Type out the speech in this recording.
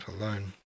alone